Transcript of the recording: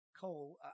coal